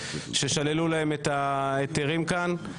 ששללו להם את ההיתרים כאן.